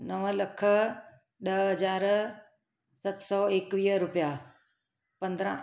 नव लख ॾह हज़ार सत सौ एकवीह रूपिया पंद्रहं